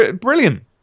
brilliant